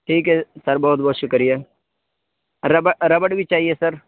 ٹھیک ہے سر بہت بہت شکریہ ربڑ بھی چاہیے سر